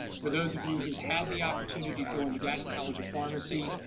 for those of you who had the opportunity to go in the gatton college of pharmacy,